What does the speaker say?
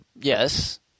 Yes